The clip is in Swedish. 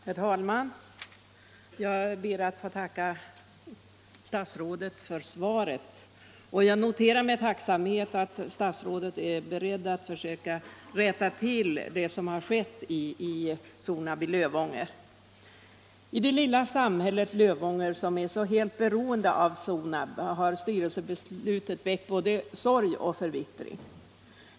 Herr talman! jag ber att få tacka statsrådet för svaret. Jag noterar med tacksamhet att statsrådet är beredd att försöka rätta till det som har skett vid Sonab i Lövånger. I det lilla samhället Lövånger, som är så helt beroende av Sonab, har styrelsebeslutet väckt både sorg och förbittring.